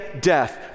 death